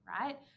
right